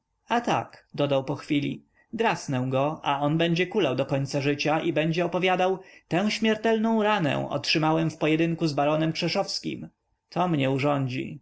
a tak dodał po chwili drasnę go a on będzie kulał do końca życia i będzie opowiadał tę śmiertelną ranę otrzymałem w pojedynku z baronem krzeszowskim to mnie urządzi